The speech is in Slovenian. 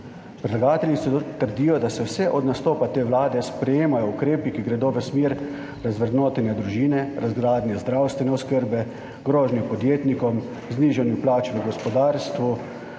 Predlagatelji celo trdijo, da se vse od nastopa te vlade sprejemajo ukrepi, ki gredo v smer razvrednotenja družine, razgradnje zdravstvene oskrbe, grožnje podjetnikom, znižanja plač v gospodarstvu,